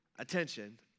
attention